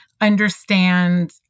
understand